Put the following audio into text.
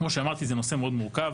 כמו שאמרתי, זה נושא מאוד מורכב,